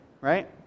right